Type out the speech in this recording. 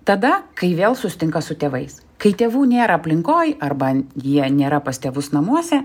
tada kai vėl susitinka su tėvais kai tėvų nėra aplinkoj arba jie nėra pas tėvus namus namuose